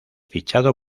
fichado